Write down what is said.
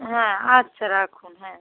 হ্যাঁ আচ্ছা রাখুন হ্যাঁ